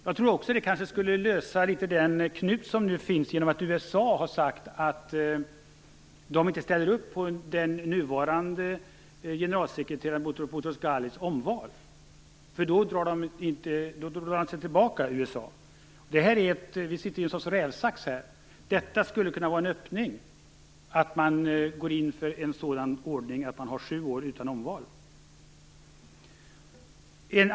Jag tror också att det kanske skulle lösa den knut som finns i och med att USA har sagt att de inte ställer upp på den nuvarande generalsekreteraren Boutros Boutros Ghalis omval utan då drar sig tillbaka. Vi sitter i ett slags rävsax. Det skulle kunna innebära en öppning om man gick in för en ordning med sju år utan omval.